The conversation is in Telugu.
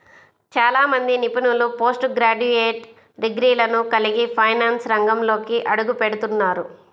చాలా మంది నిపుణులు పోస్ట్ గ్రాడ్యుయేట్ డిగ్రీలను కలిగి ఫైనాన్స్ రంగంలోకి అడుగుపెడుతున్నారు